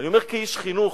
ואני אומר כאיש חינוך: